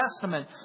Testament